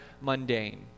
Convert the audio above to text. mundane